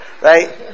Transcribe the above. right